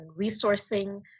resourcing